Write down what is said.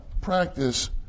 practice